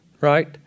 right